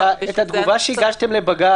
אנחנו כל הזמן לומדים